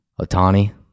Otani